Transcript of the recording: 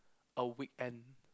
a weekend